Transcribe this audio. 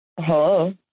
Hello